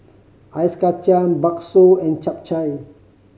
Ice Kachang bakso and Chap Chai